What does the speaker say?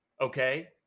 okay